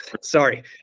sorry